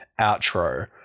outro